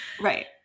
Right